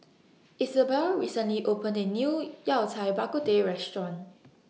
Isobel recently opened A New Yao Cai Bak Kut Teh Restaurant